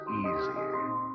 easier